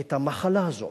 את המחלה הזו